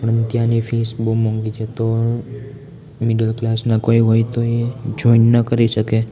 પણ ત્યાંની ફિસ બહુ મોંઘી છે તો મિડલ ક્લાસના કોઈ હોય તો એ જોઈને ના કરી શકે